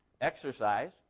exercise